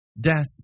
Death